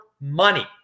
money